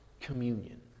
communion